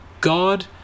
God